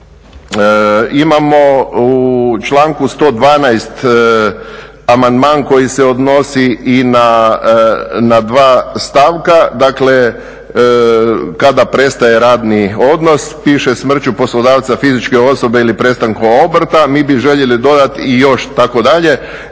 imamo u članku 112. amandman koji se odnosi i na dva stavka. Dakle, kada prestaje radni odnos? Piše smrću poslodavca, fizičke osobe ili prestankom obrta. Mi bi željeli dodati i još tako dalje